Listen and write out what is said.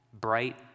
bright